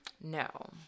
No